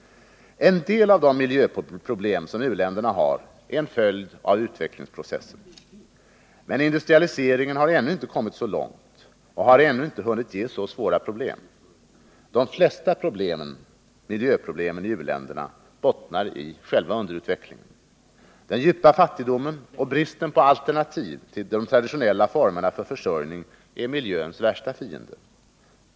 En del av de miljöproblem som u-länderna har är en följd av utvecklingsprocessen. Men industrialiseringen har ännu inte kommit så långt och har inte hunnit ge så svåra problem. De flesta miljöproblemen i u-länderna bottnar i själva underutvecklingen. Den djupa fattigdomen och bristen på alternativ till de traditionella formerna för försörjning är miljöns värsta fiende.